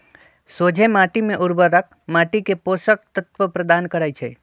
सोझें माटी में उर्वरक माटी के पोषक तत्व प्रदान करै छइ